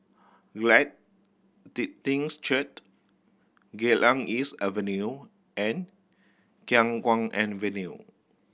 Glad Tidings Church Geylang East Avenue and Khiang Guan Avenue